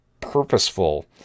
purposeful